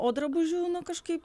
o drabužių nu kažkaip